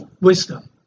wisdom